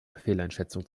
fehleinschätzung